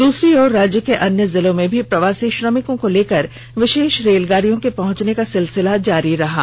दूसरी तरफ राज्य के अन्य जिलों में भी प्रवासी श्रमिकों को लेकर विषेष रेलगाड़ियों के पहुंचने का सिलसिला जारी रहा है